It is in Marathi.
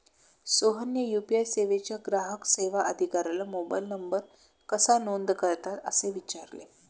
सोहनने यू.पी.आय सेवेच्या ग्राहक सेवा अधिकाऱ्याला मोबाइल नंबर कसा नोंद करतात असे विचारले